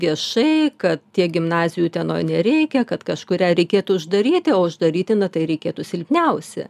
viešai kad tiek gimnazijų utenoj nereikia kad kažkurią reikėtų uždaryti o uždaryti na tai reikėtų silpniausi